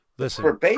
Listen